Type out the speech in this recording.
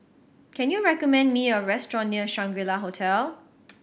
can you recommend me a restaurant near Shangri La Hotel